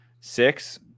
Six